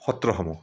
সত্ৰসমূহ